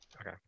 Okay